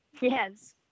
Yes